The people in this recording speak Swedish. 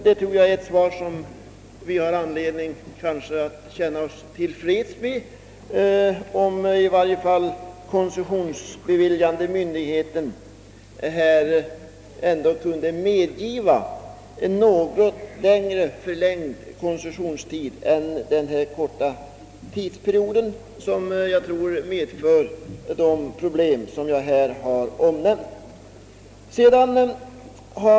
Det är ett svar som vi väl har anledning känna oss till freds med, i varje fall om den koncessionsbeviljande myndigheten kan medge en något större förlängning av koncessionstiden än som nu tillämpas och som medför de problem jag här nämnt om och som statsrådet tydligen delar.